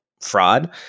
fraud